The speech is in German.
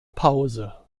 pause